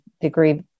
degree